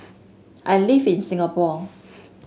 I live in Singapore